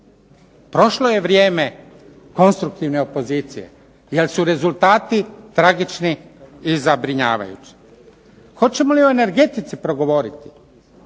Prošlo je vrijeme konstruktivne opozicije, jer su rezultati tragični i zabrinjavajući. Hoćemo li o energetici progovoriti?